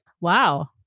Wow